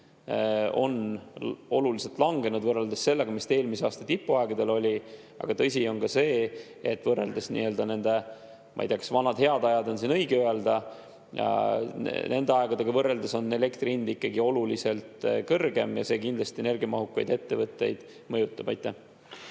on oluliselt langenud võrreldes sellega, mis ta eelmise aasta tipuaegadel oli. Aga tõsi on ka see, et võrreldes – ma ei tea, kas vanad head ajad on siin õige öelda – nende aegadega, on elektri hind ikkagi oluliselt kõrgem ja see kindlasti energiamahukaid ettevõtteid mõjutab. Aitäh!